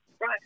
right